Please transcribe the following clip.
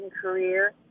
career